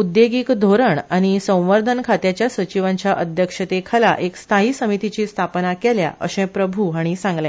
उद्देगिक धोरण आनी संवर्धन खात्याच्या सचीवांच्या अध्यक्षतेखाला एका स्थायी समीतीची स्थापना केल्या अश्रो प्रभू हांणी सांगले